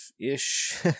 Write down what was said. ish